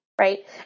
Right